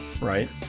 right